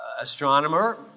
astronomer